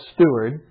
steward